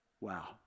Wow